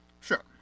Sure